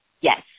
Yes